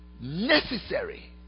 necessary